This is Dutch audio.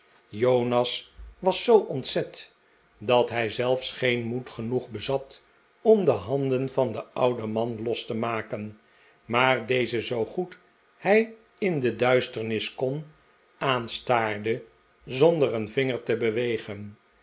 jonas was zoo ontzet dat hij zelfs geen moed genoeg bezat om de handen van den ouden man los te maken maar dezen zoo goed hij in de duisternis kon aanstaarde zonder een vinger te bewegen